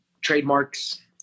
trademarks